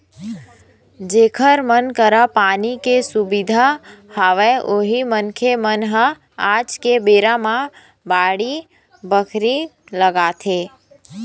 जेखर मन करा पानी के सुबिधा हवय उही मनखे मन ह आज के बेरा म बाड़ी बखरी लगाथे